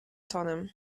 tonem